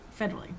federally